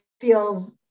feels